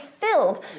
filled